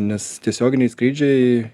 nes tiesioginiai skrydžiai